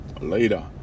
Later